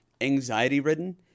anxiety-ridden